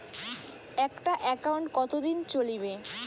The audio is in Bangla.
একটা একাউন্ট কতদিন চলিবে?